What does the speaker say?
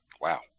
Wow